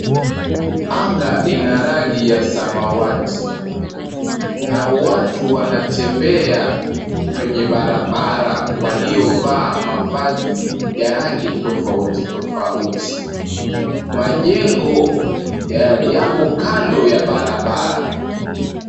Anga ina rangi ya samawati. Kuna watu wanatembea kwenye barabara waliovaa mavazi ya rangi tofauti tofauti. Majengo yapo kando ya barabara.